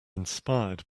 inspired